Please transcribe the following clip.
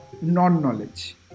non-knowledge